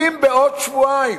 אם בעוד שבועיים